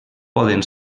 poden